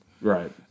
Right